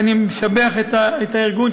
ואני משבח את הארגון,